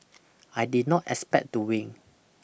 I did not expect to win